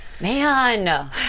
man